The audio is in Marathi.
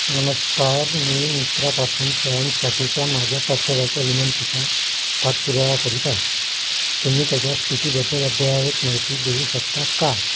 नमस्कार मी मित्रापासून पँटसाठीच्या माझ्या परताव्याच्या विनंतीचा पाठपुरावा करीत आहे तुम्ही त्याच्या स्थितीबद्दल अद्ययावत माहिती देऊ शकता का